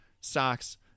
socks